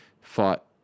fought